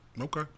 Okay